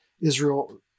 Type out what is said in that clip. Israel